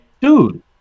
Dude